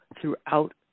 throughout